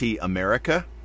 America